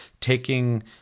taking